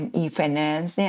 e-finance